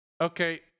Okay